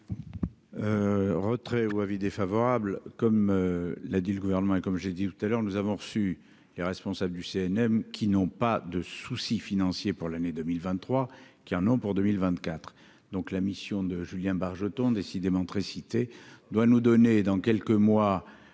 Retrait ou avis défavorable, comme l'a dit le gouvernement, et comme j'ai dit tout à l'heure, nous avons reçu les responsables du CNM, qui n'ont pas de soucis financiers pour l'année 2023 qui en ont pour 2024 donc la mission de Julien Bargeton décidément très cité doit nous donner dans quelques mois,